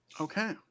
Okay